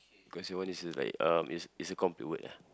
cause your one is like uh it's it's a complete word ah